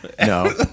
No